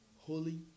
Holy